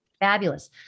fabulous